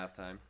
halftime